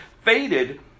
faded